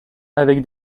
avec